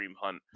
Hunt